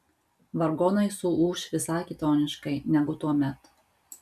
vargonai suūš visai kitoniškai negu tuomet